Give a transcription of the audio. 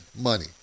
money